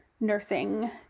nursing